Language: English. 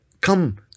come